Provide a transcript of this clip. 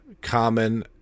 common